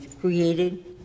created-